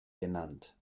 genannt